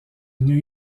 new